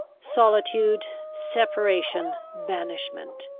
solitude, separation, banishment!